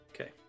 Okay